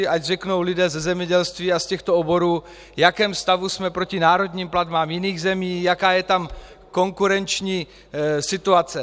Ať řeknou lidé ze zemědělství a z těchto oborů, v jakém stavu jsme proti národním platbám jiných zemí, jaká je tam konkurenční situace.